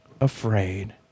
afraid